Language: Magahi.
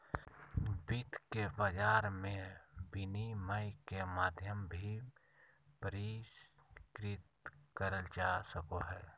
वित्त के बाजार मे विनिमय के माध्यम भी परिष्कृत करल जा सको हय